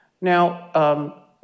Now